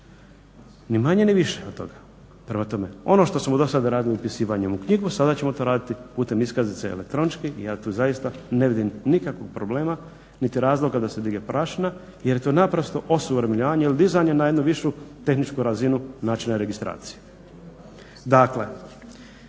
Ni manje ni više od toga. Prema tome ono što smo do sada radili upisivanjem u knjigu sada ćemo to raditi putem iskaznice elektronički i ja tu zaista ne vidim nikakvog problema niti razloga da se digne prašina jer je to naprosto osuvremenjivanje ili dizanje na jednu višu tehničku razinu znači na registraciju. Dakle,